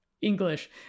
English